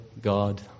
God